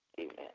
Amen